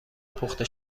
پخته